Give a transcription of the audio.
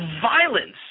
violence